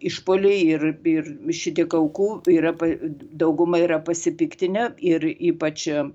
išpuoliai ir ir šitiek aukų yra dauguma yra pasipiktinę ir ypač